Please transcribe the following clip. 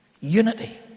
unity